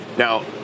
Now